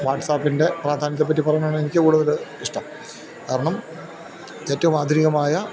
വാട്ട്സാപ്പിൻ്റെ പ്രാധാന്യത്തെപ്പറ്റി പറയാനാണ് എനിക്ക് കൂടുതല് ഇഷ്ടം കാരണം ഏറ്റവും ആധുനികമായ